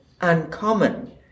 uncommon